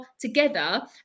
together